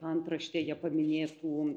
paantraštėje paminėtų